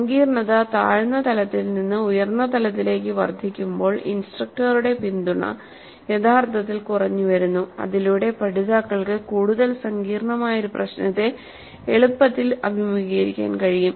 സങ്കീർണ്ണത താഴ്ന്ന തലത്തിൽ നിന്ന് ഉയർന്നതിലേക്ക് വർദ്ധിക്കുമ്പോൾ ഇൻസ്ട്രക്ടറുടെ പിന്തുണ യഥാർത്ഥത്തിൽ കുറഞ്ഞു വരുന്നു അതിലൂടെ പഠിതാക്കൾക്ക് കൂടുതൽ സങ്കീർണ്ണമായ ഒരു പ്രശ്നത്തെ എളുപ്പത്തിൽ അഭിമുഖീകരിക്കാൻ കഴിയും